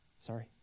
Sorry